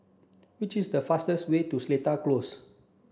which is the fastest way to Seletar Close